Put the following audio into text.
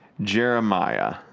Jeremiah